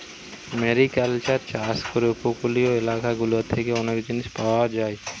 mariculture চাষ করে উপকূলীয় এলাকা গুলা থেকে অনেক জিনিস পায়